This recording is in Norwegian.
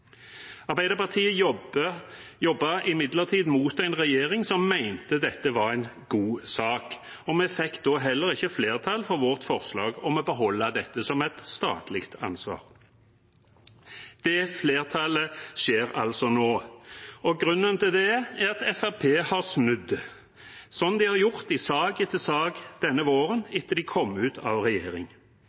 imidlertid mot en regjering som mente dette var en god sak, og vi fikk heller ikke flertall for vårt forslag om å beholde dette som et statlig ansvar. Det flertallet blir det altså nå, og grunnen til det er at Fremskrittspartiet har snudd, som de har gjort i sak etter sak denne våren etter de kom ut av regjering.